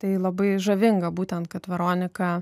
tai labai žavinga būtent kad veroniką